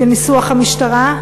כניסוח המשטרה?